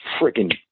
freaking